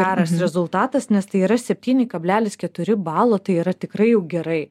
geras rezultatas nes tai yra septyni kablelis keturi balo tai yra tikrai jau gerai